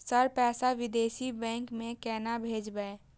Sir पैसा विदेशी bank में केना भेजबे?